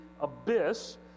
abyss